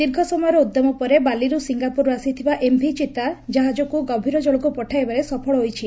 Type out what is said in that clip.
ଦୀର୍ଘସମୟର ଉଦ୍ଧମ ପରେ ବାଲିରୁ ସିଙ୍ଗାପୁରରୁ ଆସିଥିବା ଏମ୍ଭି ଚିତା କାହାଜକୁ ଗଭୀର କଳକୁ ପଠାଇବାରେ ସଫଳ ହୋଇଛି